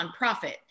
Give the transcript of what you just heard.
nonprofit